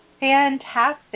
Fantastic